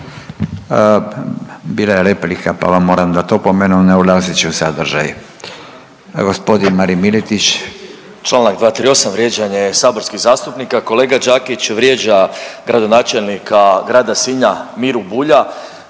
Bila je replika pa vam moram dati opomenu, ne ulazeći u sadržaj. G. Marin Miletić. **Miletić, Marin (MOST)** Čl. 238, vrijeđanje saborskih zastupnika. Kolega Đakić vrijeđa gradonačelnika Grada Sinja Miru Bulja